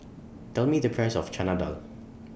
Tell Me The Price of Chana Dal